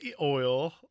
oil